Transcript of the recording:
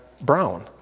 brown